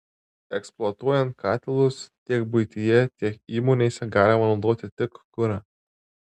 eksploatuojant katilus tiek buityje tiek įmonėse galima naudoti tik kurą